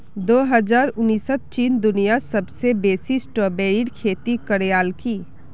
दो हजार उन्नीसत चीन दुनियात सबसे बेसी स्ट्रॉबेरीर खेती करयालकी